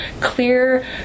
clear